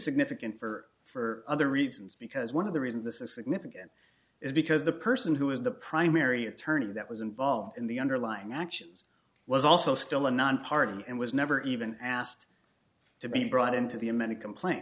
significant for for other reasons because one of the reasons this is significant is because the person who was the primary attorney that was involved in the underlying actions was also still a nonpartisan and was never even asked to be brought into the amended complaint